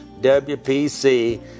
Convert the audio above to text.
WPC